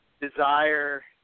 desire